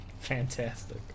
Fantastic